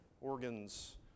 organs